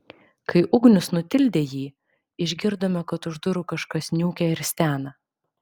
kai ugnius nutildė jį išgirdome kad už durų kažkas niūkia ir stena